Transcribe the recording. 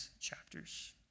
chapters